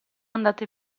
andate